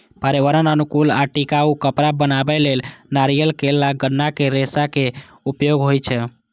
पर्यावरण अनुकूल आ टिकाउ कपड़ा बनबै लेल नारियल, केला, गन्ना के रेशाक उपयोग होइ छै